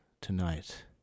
tonight